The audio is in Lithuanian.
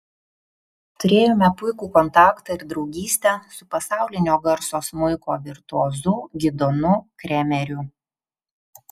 turėjome puikų kontaktą ir draugystę su pasaulinio garso smuiko virtuozu gidonu kremeriu